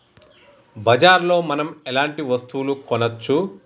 బజార్ లో మనం ఎలాంటి వస్తువులు కొనచ్చు?